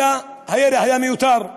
אלא הירי היה מיותר.